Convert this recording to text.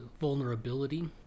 vulnerability